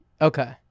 Okay